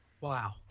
Wow